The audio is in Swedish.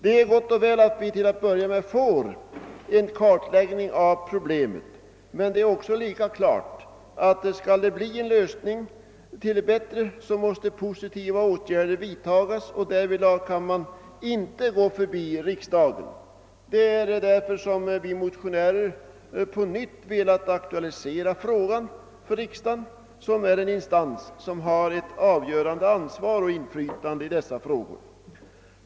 Det är gott och väl att vi till att börja med får en kartläggning av problemet, men lika klart är att positiva åtgärder måste vidtagas för att vi skall få en utveckling till det bättre, och därvidlag kan man inte gå förbi riksdagen. Det är därför som vi motionärer på nytt velat aktualisera frågan för riksdagen, den instans som har ett avgörande ansvar och inflytande i dessa sammanhang.